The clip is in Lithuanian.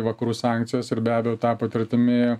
vakarų sankcijas ir be abejo ta patirtimi